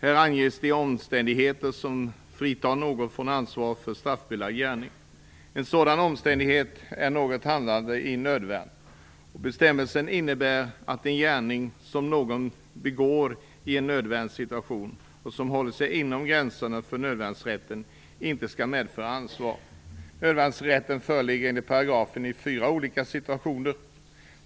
Här anges de omständigheter som fritar någon från ansvar för straffbelagd gärning. En sådan omständighet är att någon handlat i nödvärn. Bestämmelsen innebär att en gärning som någon begår i en nödvärnssituation och som håller sig inom gränserna för nödvärnsrätten inte skall medföra ansvar. Nödvärnsrätten föreligger enligt paragrafen i fyra olika situationer.